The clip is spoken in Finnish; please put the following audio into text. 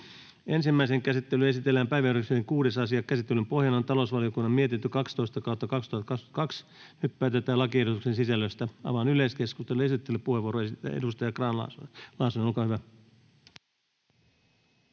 Ensimmäiseen käsittelyyn esitellään päiväjärjestyksen 6. asia. Käsittelyn pohjana on talousvaliokunnan mietintö TaVM 12/2022 vp. Nyt päätetään lakiehdotusten sisällöstä. — Avaan yleiskeskustelun. Esittelypuheenvuoro, edustaja Grahn-Laasonen, olkaa hyvä.